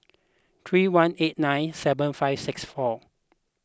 three one eight nine seven five six four